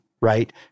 right